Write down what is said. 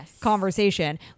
conversation